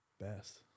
best